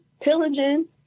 pillaging